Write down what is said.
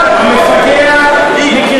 הם עם טוב.